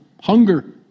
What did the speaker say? hunger